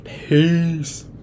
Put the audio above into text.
Peace